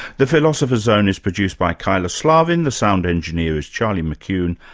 the philosopher's zone is produced by kyla slaven, the sound engineer is charlie mckune,